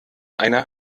einer